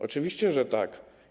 Oczywiście, że tak.